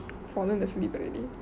fallen asleep already